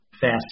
fast